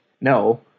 no